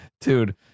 Dude